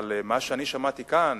אבל מה ששמעתי כאן,